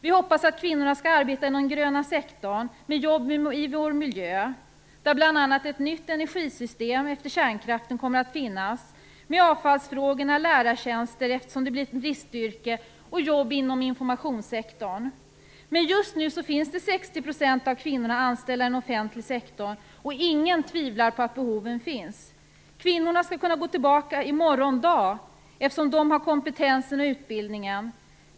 Vi hoppas att kvinnorna skall arbeta inom den gröna sektorn med jobb för vår miljö, där bl.a. ett nytt energisystem efter kärnkraften kommer att finnas, med avfallsfrågorna, i lärartjänster, eftersom det blir ett bristyrke, och med jobb inom informationssektorn. Men just nu är 60 % av kvinnorna anställda i den offentliga sektorn, och ingen tvivlar på att behoven finns. Kvinnorna skulle kunna gå tillbaka i morgon dag, eftersom de har kompetensen och utbildningen.